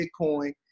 Bitcoin